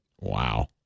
Wow